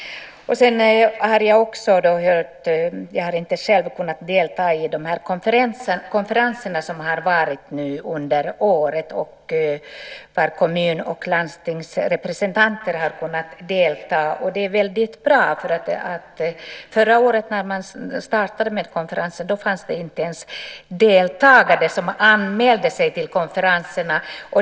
Jag har själv inte kunnat delta i de konferenser som har anordnats under året där kommun och landstingsrepresentanter har deltagit. Det är väldigt bra. När man startade konferenserna förra året var det inte ens några som anmälde sig till konferenserna.